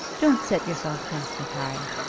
don't set yourself against it, harry,